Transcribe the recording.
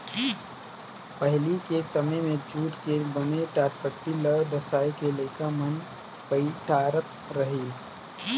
पहिली के समें मे जूट के बने टाटपटटी ल डसाए के लइका मन बइठारत रहिन